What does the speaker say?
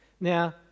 Now